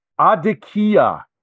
adikia